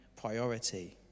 priority